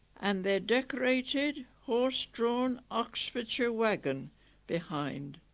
and their decorated horse-drawn oxfordshire wagon behind.